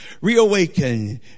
reawaken